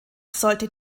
sollte